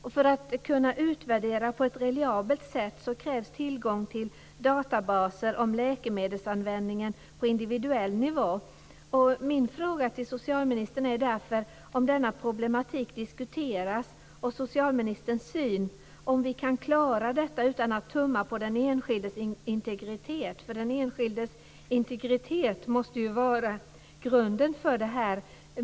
För att man ska kunna utvärdera på ett reliabelt sätt krävs tillgång till databaser om läkemedelsanvändningen på individuell nivå. Min fråga till socialministern är därför om denna problematik diskuteras. Jag undrar över socialministerns syn på det här. Kan vi klara av detta utan att tumma på den enskildes integritet? Den enskildes integritet måste ju vara grunden för det här.